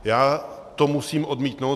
Já to musím odmítnout.